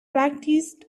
practiced